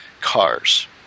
cars